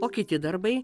o kiti darbai